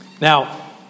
Now